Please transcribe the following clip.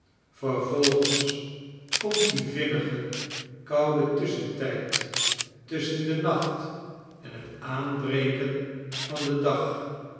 vervolgens komt die vinnige koude tusschentijd tusschen den nacht en het aanbreken van den dag